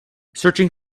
searching